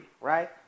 right